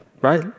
right